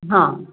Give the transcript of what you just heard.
हां